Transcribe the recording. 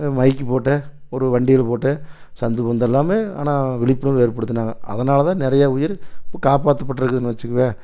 மைக்கு போட்டு ஒரு வண்டியில் போட்டு சந்து பொந்தெல்லாம் ஆனால் விழிப்புணர்வு ஏற்படுத்தினாங்க அதனால் தான் நிறையா உயிர் இப்போ காப்பாற்ற பட்டுருக்குனு வச்சுக்குவேன்